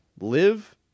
Live